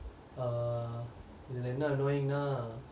err இதுல என்ன:ithula enna annoying lah